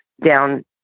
down